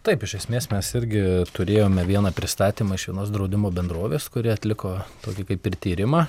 taip iš esmės mes irgi turėjome vieną pristatymą iš vienos draudimo bendrovės kuri atliko tokį kaip ir tyrimą